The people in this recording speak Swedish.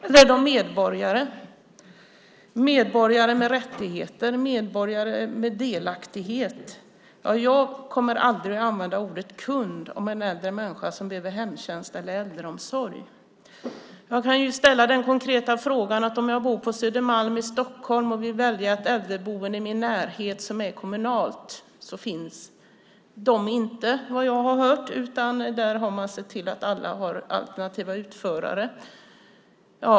Eller är de medborgare med rättigheter och med delaktighet? Jag kommer aldrig att använda ordet kund om en äldre människa som behöver hemtjänst eller äldreomsorg. Jag kan ge ett konkret exempel: Om jag bor på Södermalm i Stockholm och vill välja ett äldreboende i min närhet som är kommunalt så går inte det, vad jag har hört, för man har sett till att alla äldreboenden har alternativa utförare.